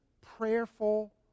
prayerful